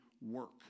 work